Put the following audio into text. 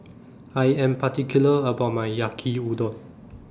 I Am particular about My Yaki Udon